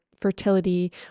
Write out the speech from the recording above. fertility